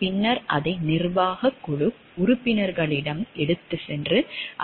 பின்னர் அதை நிர்வாகக் குழு உறுப்பினர்களிடம் எடுத்துச் சென்று